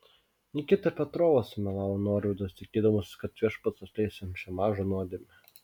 nikita petrovas sumelavo norvydas tikėdamasis kad viešpats atleis jam šią mažą nuodėmę